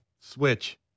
Switch